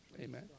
Amen